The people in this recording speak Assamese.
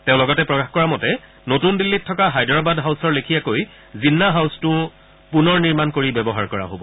তেওঁ লগতে প্ৰকাশ কৰা মতে নতুন দিল্লীত থকা হায়দৰাবাদ হাউছৰ লেখীয়াকৈ জিন্না হাউছটোও পূনৰনিৰ্মাণ কৰি ব্যৱহাৰ কৰা হব